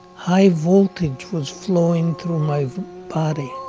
high voltage was flowing through my body.